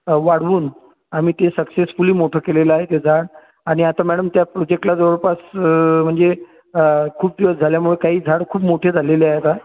वाढवून आम्ही ते सक्सेसफुली मोठं केलेलं आहे ते झाड आणि आता मॅडम त्या प्रोजेक्ट्ला जवळपास अ म्हणजे आं खूप दिवस झाल्यामुळे काही झाड खूप मोठे झालेले आहे आता